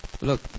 Look